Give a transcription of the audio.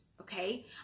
okay